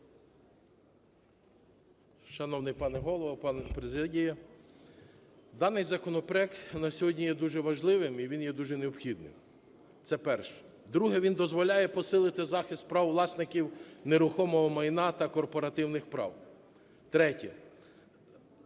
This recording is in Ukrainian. Даний законопроект на сьогодні є дуже важливим і він є дуже необхідним – це перше. Друге. Він дозволяє посилити захист прав власників нерухомого майна та корпоративних прав. Третє.